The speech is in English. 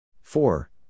Four